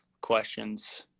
questions